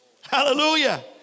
Hallelujah